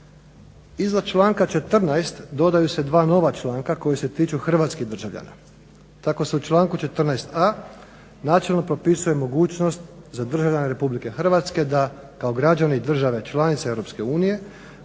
Iza članka 14.dodaju se dva nova članka koja se tiču hrvatskih državljana. Tako se u članku 14.a načelno propisuje mogućnost za državljane RH da kao građani države članice EU